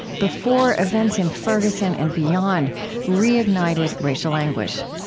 before events in ferguson and beyond reignited racial anguish.